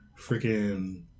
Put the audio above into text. freaking